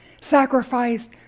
sacrificed